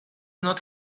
not